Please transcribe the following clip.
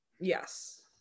Yes